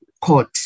court